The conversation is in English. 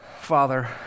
Father